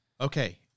Okay